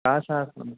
का शास्त्रं